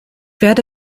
werde